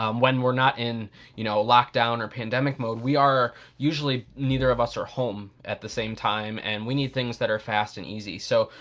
um when we're not in you know lockdown or pandemic mode, we are usually, neither of us are home at the same time and we need things that are fast and easy. so,